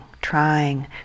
trying